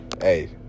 Hey